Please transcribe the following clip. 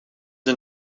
een